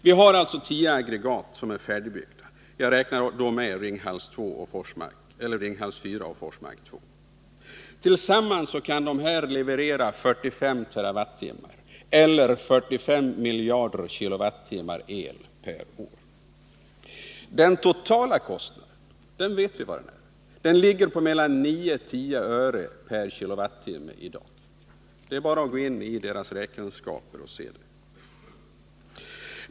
Vi har således tio aggregat som är färdigbyggda — jag räknar då med Ringhals 4 och Forsmark 2. Tillsammans kan dessa leverera 45 TWh eller 45 miljarder kWh el per år. Vi vet att den totala kostnaden i dag ligger på 9—-10 öre/kWh. Det är bara att gå in i deras räkenskaper så kan man se det.